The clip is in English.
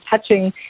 touching